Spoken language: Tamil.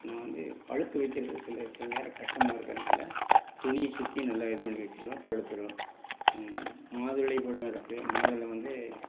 நான் வந்து பழுத்து வைக்கிறது சில சில நேரம் கஷ்டமாக இருக்கிறனால துணியை சுற்றி நல்லா இது பண்ணி வெச்சுடுவேன் பழுத்துடும் மாதுளை பழம் இருக்குது மாதுளை வந்து